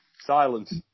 Silence